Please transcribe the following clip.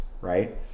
right